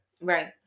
right